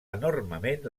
enormement